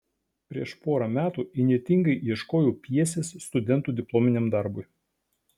prieš porą metų įnirtingai ieškojau pjesės studentų diplominiam darbui